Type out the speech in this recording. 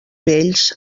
vells